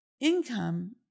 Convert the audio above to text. income